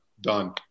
Done